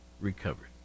recovered